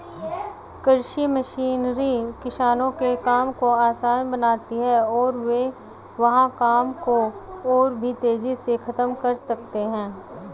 कृषि मशीनरी किसानों के काम को आसान बनाती है और वे वहां काम को और भी तेजी से खत्म कर सकते हैं